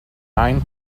nine